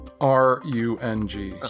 R-U-N-G